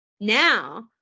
Now